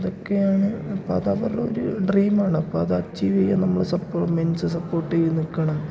അതൊക്കെ ആണ് അപ്പം അതവരുടെ ഒരു ഡ്രീമാണ് അപ്പം അത് അച്ചീവ് ചെയ്യാൻ നമ്മൾ മെൻസ് സപ്പോർട്ട് ചെയ്തു നിൽക്കണം